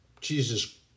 Jesus